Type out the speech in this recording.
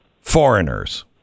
foreigners